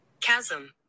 Chasm